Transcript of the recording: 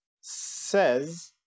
says